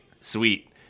Sweet